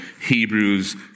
Hebrews